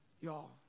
Y'all